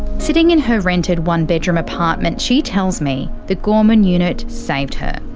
sitting in her rented one-bedroom apartment, she tells me the gorman unit saved her.